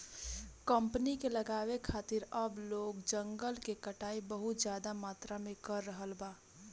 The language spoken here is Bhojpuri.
कंपनी के लगावे खातिर अब लोग जंगल के कटाई बहुत ज्यादा मात्रा में कर रहल बा